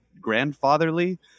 grandfatherly